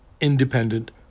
independent